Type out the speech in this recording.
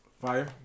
Fire